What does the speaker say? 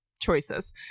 choices